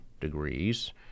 degrees